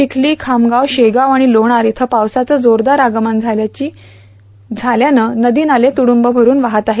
चिखली खामगाव शेगाव आणि लोणार इथं पावसाचं जोरदार आगमन झाल्यानं नदी नाले तुइंब भरून वाहत आहेत